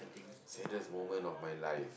saddest moment of my ife